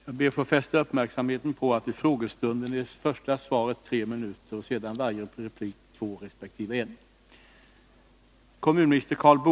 Jag ber att få fästa uppmärksamheten på att i frågedebatter får det första anförandet omfatta tre minuter, det andra två minuter och de efterföljande en minut.